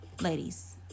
Ladies